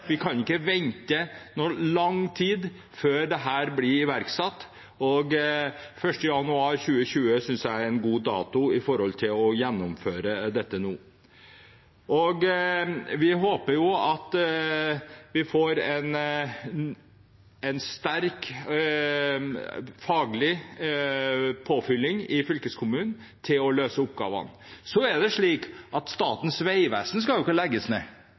Vi kan ikke vente i lang tid før dette blir iverksatt. Den 1. januar 2020 synes jeg er en god dato for å gjennomføre dette. Vi håper at vi får en sterk faglig påfylling i fylkeskommunen til å løse oppgavene. Så er det ikke slik at Statens vegvesen skal legges ned.